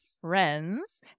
friends